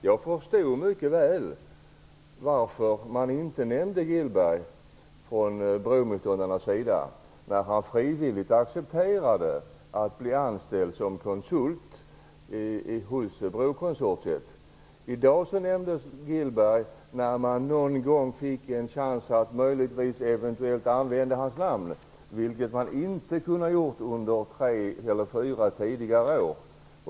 Jag förstod mycket väl varför man inte nämnde Björn Gillberg från bromotståndarnas sida när han frivilligt accepterade att bli anställd som konsult hos brokonsortiet. I dag nämndes Björn Gillberg när man någon gång fick en chans att använda hans namn, vilket man inte kunde göra under tre-fyra år tidigare.